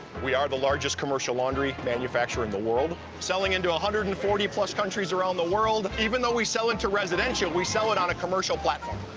we are the largest commercial laundry manufacturer in the world, selling into one ah hundred and forty plus countries around the world. even though we sell into residential, we sell it on a commercial platform.